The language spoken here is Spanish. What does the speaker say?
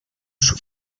sus